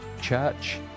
church